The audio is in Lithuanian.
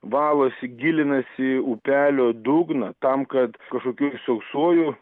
valosi gilinasi upelio dugną tam kad kažkokiu sausuoju